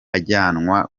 ajyanwa